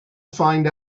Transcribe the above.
find